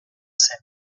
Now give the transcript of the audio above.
zen